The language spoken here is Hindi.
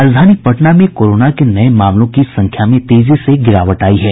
राजधानी पटना में कोरोना के नये मामलों की संख्या में तेजी से गिरावट आई है